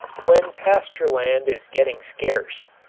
when pasture land is getting scarce.